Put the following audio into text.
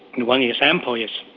and one example is